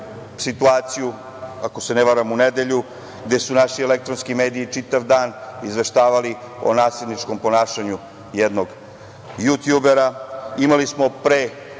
situaciju, ako se ne varam, u nedelju gde su naši elektronski mediji čitav dan izveštavali o nasilničkom ponašanju jednog jutjubera. Imali smo pre